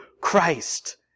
Christ